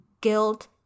guilt